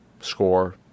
score